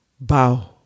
bow